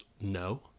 no